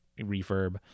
refurb